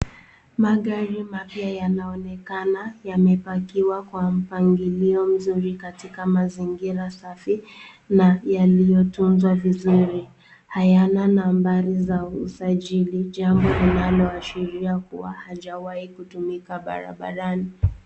Magari mapya yanaonekana yamepakiwa kwa mpangilio mzuri katika mazingira safi na yaliyotunzwa vizuri, hayana nambari za usajili, jambo linalo ashiria kuwa haijawahi kutumika barabarani.